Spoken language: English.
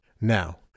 now